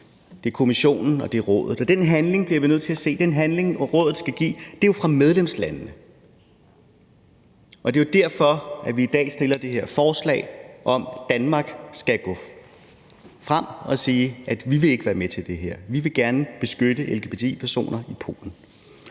bliver vi nødt til at se. Den handling, Rådet skal give, er jo fra medlemslandene. Det er derfor, vi i dag stiller det her forslag om, at Danmark skal gå frem og sige, at vi ikke vil være med til det her. Vi vil gerne beskytte lgbti-personer i Polen.